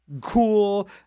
cool